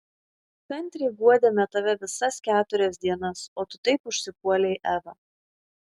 kantriai guodėme tave visas keturias dienas o tu taip užsipuolei evą